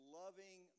loving